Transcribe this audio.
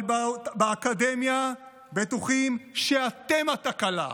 אבל באקדמיה בטוחים שאתם התקלה,